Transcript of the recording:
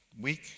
week